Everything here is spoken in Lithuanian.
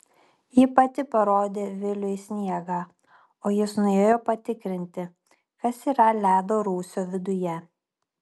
ji pati parodė viliui sniegą o jis nuėjo patikrinti kas yra ledo rūsio viduje